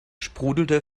sprudelte